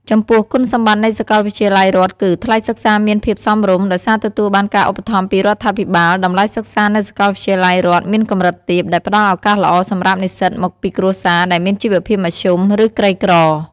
ចំពោះគុណសម្បតិ្តនៃសាកលវិទ្យាល័យរដ្ឋគឺ ថ្លៃសិក្សាមានភាពសមរម្យ ដោយសារទទួលបានការឧបត្ថម្ភពីរដ្ឋាភិបាល តម្លៃសិក្សានៅសាកលវិទ្យាល័យរដ្ឋមានកម្រិតទាប ដែលផ្ដល់ឱកាសល្អសម្រាប់និស្សិតមកពីគ្រួសារដែលមានជីវភាពមធ្យម ឬក្រីក្រ។